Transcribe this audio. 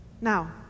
Now